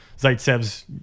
Zaitsev's